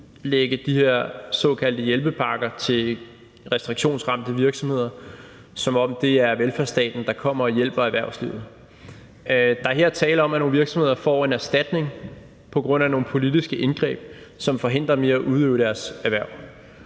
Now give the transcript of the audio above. udlægge de her såkaldte hjælpepakker til restriktionsramte virksomheder, som om det er velfærdsstaten, der kommer og hjælper erhvervslivet. Der er her tale om, at nogle virksomheder får en erstatning på grund af nogle politiske indgreb, som forhindrer dem i at udøve deres erhverv.